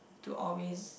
to always